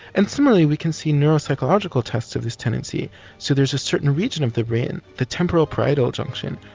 and similarly we can see neuropsychological tests of this tendency so there's a certain region of the brain, the temporal parietal junction,